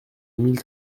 mille